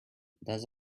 does